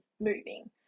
moving